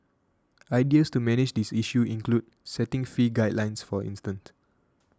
ideas to manage this issue include setting fee guidelines for instance